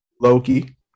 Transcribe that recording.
Loki